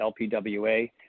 LPWA